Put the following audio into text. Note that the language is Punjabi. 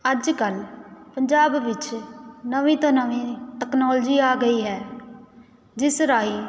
ਅੱਜ ਕੱਲ੍ਹ ਪੰਜਾਬ ਵਿੱਚ ਨਵੀਂ ਤੋਂ ਨਵੀਂ ਟੈਕਨੋਲਜੀ ਆ ਗਈ ਹੈ ਜਿਸ ਰਾਹੀਂ